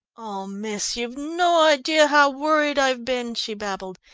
oh, miss, you've no idea how worried i've been, she babbled,